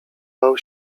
bał